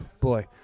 Boy